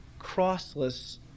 crossless